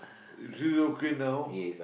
is he okay now